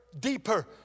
deeper